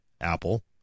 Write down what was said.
Apple